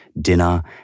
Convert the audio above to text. dinner